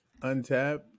untap